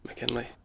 McKinley